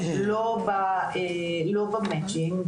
לא ב- Matching,